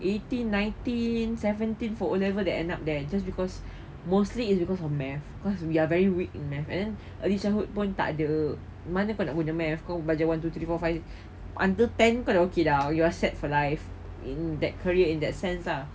eighteen nineteen seventeen for O level they end up there just because mostly is because of math cause we are very weak in math and then early childhood pun tak ada mana kau perlu ajar math kau ajar one two three four five under ten pun sudah okay dah you are set for life in that career in that sense lah